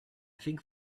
think